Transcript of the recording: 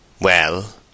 Well